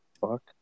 Fuck